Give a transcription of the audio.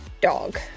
dog